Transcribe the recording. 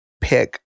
pick